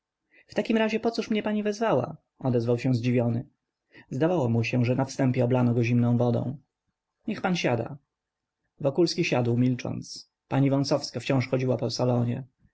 w takim razie pocóż mnie pani wezwała odparł zdziwiony zdawało mu się że go na wstępie oblano zimną wodą niech pan siada wokulski siadł milcząc pani wąsowska wciąż chodziła po salonie